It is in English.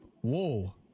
Whoa